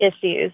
issues